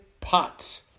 pots